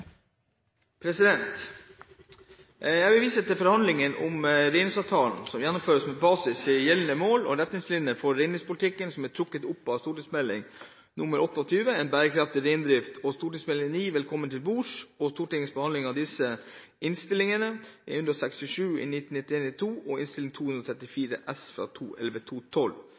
vedtatt. Jeg vil vise til forhandlingene om reindriftsavtalen, som gjennomføres med basis i gjeldende mål og retningslinjer for reindriftspolitikken som er trukket opp i St.meld. nr. 28 for 1991–1992, En bærekraftig reindrift, og Meld. St. 9 for 2011–2012, Velkommen til bords, og Stortingets behandling av disse, jf. Innst. S. nr. 167 for 1991–1992 og Innst. 234 S